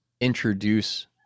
introduce